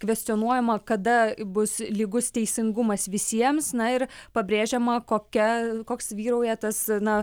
kvestionuojama kada bus lygus teisingumas visiems na ir pabrėžiama kokia koks vyrauja tas na